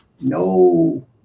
no